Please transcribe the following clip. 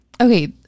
okay